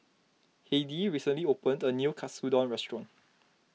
Heidy recently opened a new Katsudon restaurant